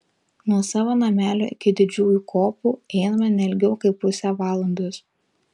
nuo savo namelio iki didžiųjų kopų einame ne ilgiau kaip pusę valandos